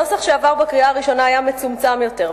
הנוסח שעבר בקריאה הראשונה היה מצומצם יותר,